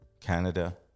Canada